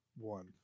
one